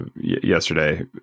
yesterday